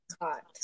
hot